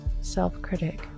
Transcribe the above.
self-critic